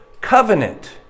covenant